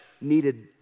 needed